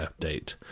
update